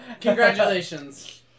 Congratulations